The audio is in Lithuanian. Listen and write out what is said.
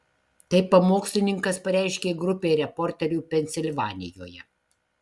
tai pamokslininkas pareiškė grupei reporterių pensilvanijoje